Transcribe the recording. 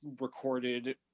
recorded